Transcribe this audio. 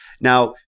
Now